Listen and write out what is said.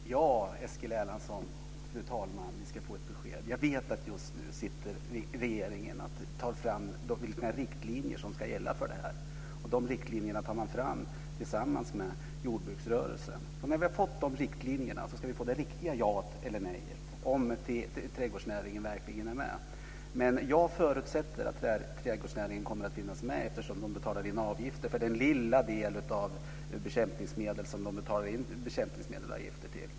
Fru talman! Ja, Eskil Erlandsson ska få ett besked. Jag vet att regeringen just nu tar fram de riktlinjer som ska gälla för det här. De riktlinjerna tar man fram tillsammans med jordbruksrörelsen. När vi har fått de riktlinjerna ska vi få ett riktigt ja eller nej om ifall trädgårdsnäringen verkligen är med. Men jag förutsätter att trädgårdsnäringen kommer att finnas med eftersom man betalar in avgifter för den lilla del av bekämpningsmedlen som man betalar in bekämpningsmedelsavgifter för.